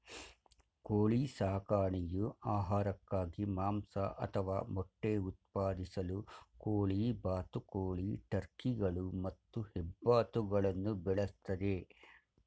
ಕೋಳಿ ಸಾಕಣೆಯು ಆಹಾರಕ್ಕಾಗಿ ಮಾಂಸ ಅಥವಾ ಮೊಟ್ಟೆ ಉತ್ಪಾದಿಸಲು ಕೋಳಿ ಬಾತುಕೋಳಿ ಟರ್ಕಿಗಳು ಮತ್ತು ಹೆಬ್ಬಾತುಗಳನ್ನು ಬೆಳೆಸ್ತದೆ